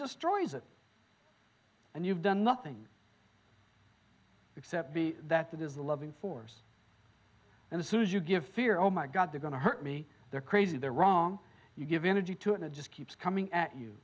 destroys it and you've done nothing except be that that is a loving force and as soon as you give fear oh my god they're going to hurt me they're crazy they're wrong you give energy to it it just keeps coming at you